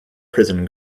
prison